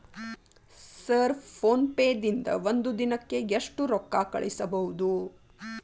Sir PhonePe ದಿಂದ ಒಂದು ದಿನಕ್ಕೆ ಎಷ್ಟು ರೊಕ್ಕಾ ಕಳಿಸಬಹುದು?